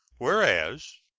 whereas,